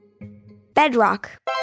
Bedrock